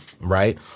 right